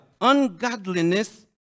ungodliness